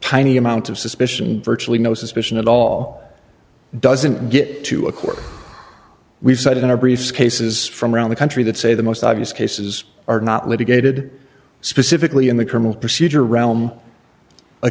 tiny amount of suspicion virtually no suspicion at all doesn't get to a court we've cited in our briefs cases from around the country that say the most obvious cases are not litigated specifically in the criminal procedure realm a